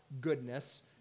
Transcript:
goodness